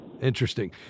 Interesting